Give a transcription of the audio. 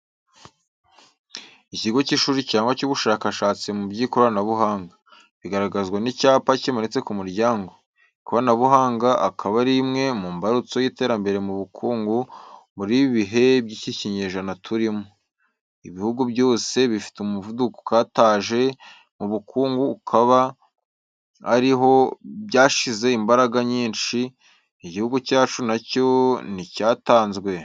Ikigo cy'ishuri cyangwa cy'ubushakashatsi mu by'ikoranabuhanga. Biragaragazwa n'icyapa kimanitse ku muryango. Ikoranabuhanga akaba ari imwe mu mbarutso y'iterambere mu bukungu muri ibi bihe by'iki kinyejana turimo. Ibihugu byose bifite umuvuduko ukataje mu bukungu akaba ari ho byashyize imbaraga nyinshi. Igihugu cyacu na cyo nticyatanzwe.